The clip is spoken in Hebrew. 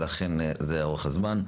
ולכן זהו אורך הזמן.